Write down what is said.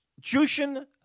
Jushin